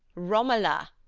romola.